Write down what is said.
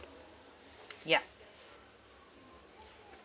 yeah